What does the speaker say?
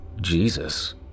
Jesus